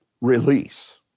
release